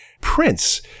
Prince